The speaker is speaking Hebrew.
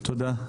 תודה.